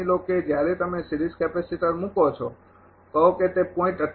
માની લો કે જ્યારે તમે સિરીઝ કેપેસિટર મૂકો છો કહો કે તે 0